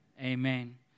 Amen